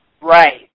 Right